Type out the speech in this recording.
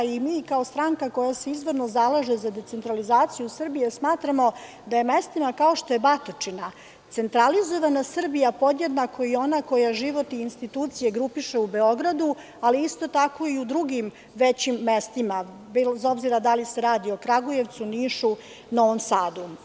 Mi kao stranka koja se izvorno zalaže za decentralizaciju Srbije, smatramo da je mestima kao što je Batočina centralizovana Srbija podjednako i ona koja život i institucije grupiše u Beogradu, ali isto tako i u drugim većim mestima, bez obzira da li se radi o Kragujevcu, Nišu ili Novom Sadu.